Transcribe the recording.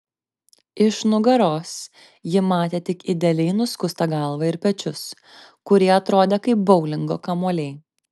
iš nugaros ji matė tik idealiai nuskustą galvą ir pečius kurie atrodė kaip boulingo kamuoliai